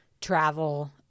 travel